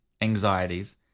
anxieties